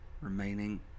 remaining